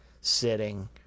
sitting